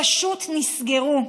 פשוט נסגרו.